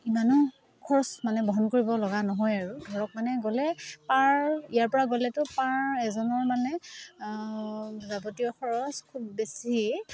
ইমানো খৰচ মানে বহন কৰিব লগা নহয় আৰু ধৰক মানে গ'লে পাৰ ইয়াৰ পৰা গ'লেতো পাৰ এজনৰ মানে যাৱতীয় খৰচ খুব বেছি